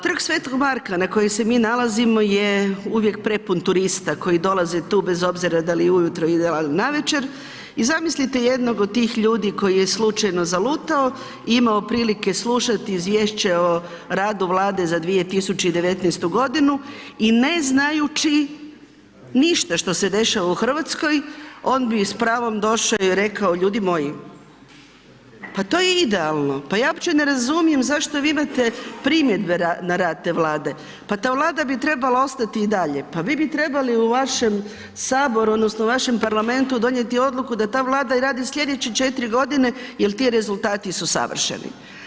Trg Sv. Marka na kojem se mi nalazimo je uvijek prepun turista koji dolaze tu bez obzira da li ujutro ili navečer i zamislite jednog od tih ljudi koji je slučajno zalutao, imao prilike slušati Izvješće o radu Vlade za 2019. godinu i ne znajući ništa što se dešava u Hrvatskoj on bi s pravom došao i rekao, ljudi moji pa to je idealno, pa ja uopće ne razumijem zašto vi imate primjedbe na rad te Vlade, pa ta Vlada bi trebala ostati i dalje, pa vi bi trebali u vašem saboru odnosno vašem parlamentu donijeti odluku da ta Vlada radi i slijedećih 4 godine jer ti rezultati su savršeni.